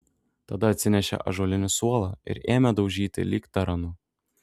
tada atsinešė ąžuolinį suolą ir ėmė daužyti lyg taranu